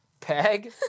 Peg